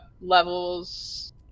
levels